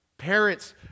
Parents